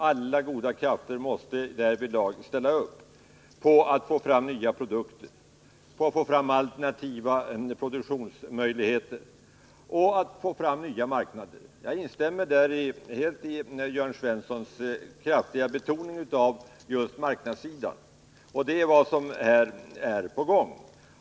Alla goda krafter måste därvidlag ställa upp — för att få fram nya produkter, få fram alternativa produktionsmöjligheter och nya marknader. Jag instämmer helt i Jörn Svenssons kraftiga betoning av 119 marknadssidan. Det är också insatser på gång.